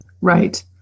Right